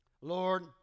Lord